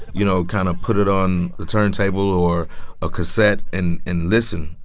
you know, kind of put it on the turntable or a cassette in and listen.